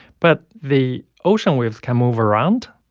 but the ocean waves can move around.